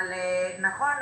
אבל נכון,